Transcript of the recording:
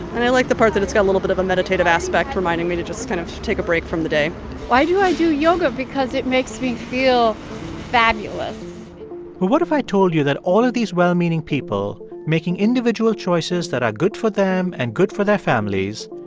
and i like the part that it's got a little bit of a meditative aspect reminding me to just kind of take a break from the day why do i do yoga? because it makes me feel fabulous but what if i told you that all of these well-meaning people making individual choices that are good for them and good for their families,